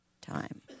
time